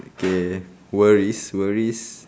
okay worries worries